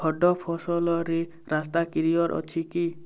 ହଡ଼ ଫସଲରେ ରାସ୍ତା କ୍ଲିୟର୍ ଅଛି କି